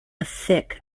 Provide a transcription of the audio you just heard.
thick